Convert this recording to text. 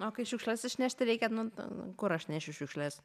o kai šiukšles išnešti reikia nu kur aš nešiu šiukšles